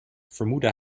vermoedde